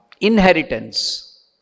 inheritance